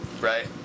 Right